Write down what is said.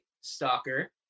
stalker